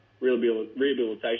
rehabilitation